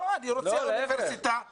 לא, אני רוצה אוניברסיטה שתהיה בנצרת.